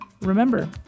Remember